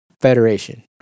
Federation